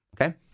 Okay